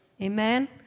Amen